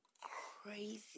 crazy